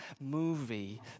movie